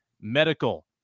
Medical